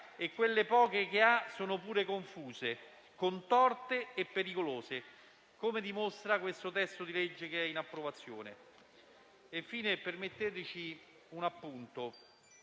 e quelle poche che ha sono pure confuse, contorte e pericolose, come dimostra questo testo di legge che è in approvazione.